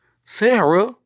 Sarah